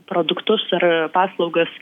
produktus ar paslaugas